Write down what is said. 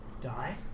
die